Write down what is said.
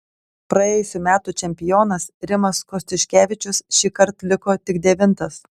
praėjusių metų čempionas rimas kostiuškevičius šįkart liko tik devintas